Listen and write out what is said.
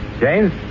James